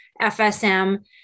FSM